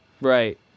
right